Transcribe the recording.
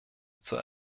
zur